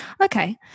Okay